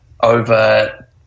over